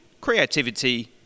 creativity